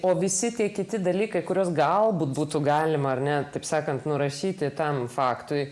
o visi tie kiti dalykai kuriuos galbūt būtų galima ar ne taip sakant nurašyti tam faktui